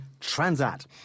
Transat